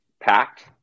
packed